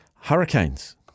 Hurricanes